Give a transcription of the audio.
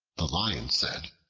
the lion said,